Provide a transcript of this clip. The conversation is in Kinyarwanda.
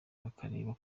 bakareba